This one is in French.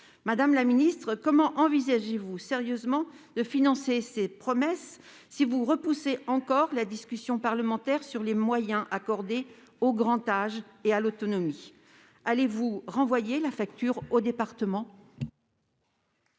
Madame la ministre, envisagez-vous sérieusement de financer ces promesses, alors que vous repoussez encore la discussion parlementaire sur les moyens accordés au grand âge et à l'autonomie ? Allez-vous envoyer la facture aux départements ?